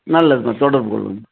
நல்லதும்மா தொடர்பு கொள்ளுங்க